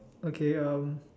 okay um